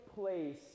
place